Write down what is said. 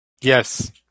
Yes